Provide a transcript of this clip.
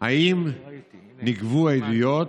2. האם נגבו עדויות?